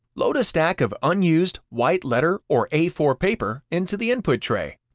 load a stack of unused, white letter or a four paper into the input tray.